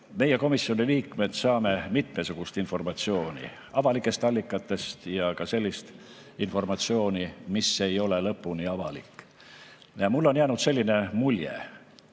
Meie, komisjoni liikmed, saame mitmesugust informatsiooni avalikest allikatest ja saame ka sellist informatsiooni, mis ei ole lõpuni avalik. Mulle on jäänud selline mulje,